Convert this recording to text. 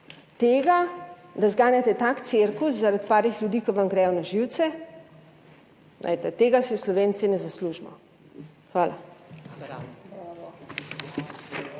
Tega, da zganjate tak cirkus zaradi parih ljudi, ki vam gredo na živce, glejte, tega si Slovenci ne zaslužimo. Hvala.